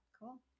cool